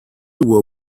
will